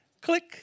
Click